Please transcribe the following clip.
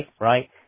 right